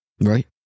right